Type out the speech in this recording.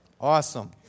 Awesome